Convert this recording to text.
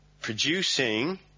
producing